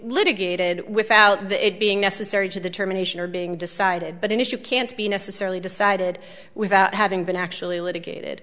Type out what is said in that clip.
litigated without it being necessary to the termination or being decided but an issue can't be necessarily decided without having been actually litigated